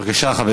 הצעות